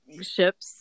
ships